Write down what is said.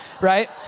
right